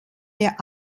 der